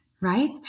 right